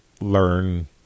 learn